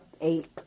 Eight